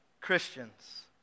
Christians